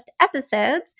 episodes